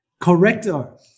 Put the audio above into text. Correcto